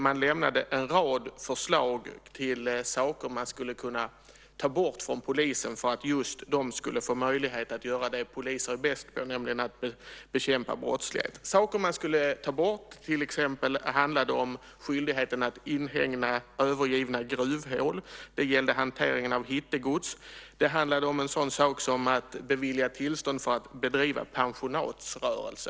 Man lämnade en rad förslag på saker som man skulle kunna ta bort från polisen så att de får möjlighet just att göra det som poliser är bäst på, nämligen att bekämpa brottslighet. Saker som man skulle ta bort handlade till exempel om skyldigheten att inhägna övergivna gruvhål. Det gällde hanteringen av hittegods. Det handlade om en sådan sak som att bevilja tillstånd för att bedriva pensionatsrörelse.